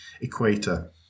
equator